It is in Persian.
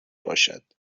باشد